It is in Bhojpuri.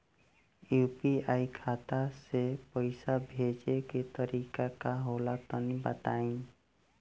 यू.पी.आई खाता से पइसा भेजे के तरीका का होला तनि बताईं?